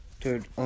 Dude